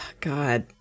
God